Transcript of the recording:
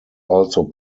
also